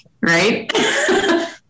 right